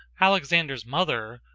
alexander's mother,